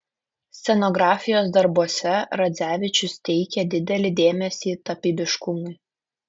scenografijos darbuose radzevičius teikė didelį dėmesį tapybiškumui